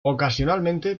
ocasionalmente